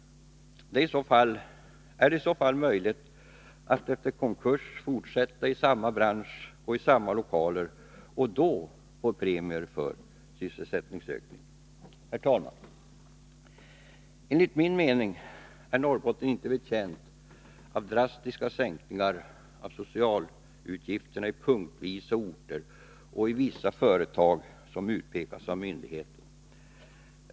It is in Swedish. Är det i så fall möjligt att efter konkurs fortsätta i samma bransch och i samma lokaler och då få premier för sysselsättningsökning? Herr talman! Enligt min mening är Norrbotten inte betjänt av drastiska sänkningar av socialutgifterna punktvis, i vissa orter och i vissa företag som utpekas av myndigheter.